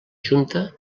junta